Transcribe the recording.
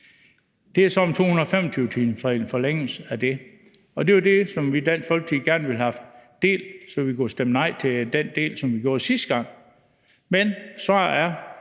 det er så om en forlængelse af 225-timersreglen. Det var det, som vi i Dansk Folkeparti gerne ville have haft delt, så vi kunne have stemt nej til den del, som vi gjorde sidste gang, men svaret